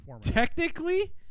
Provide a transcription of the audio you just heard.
technically